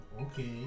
okay